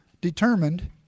determined